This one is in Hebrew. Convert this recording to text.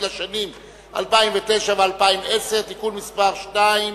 לשנים 2009 ו-2010) (תיקון מס' 2),